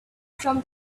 from